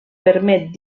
permet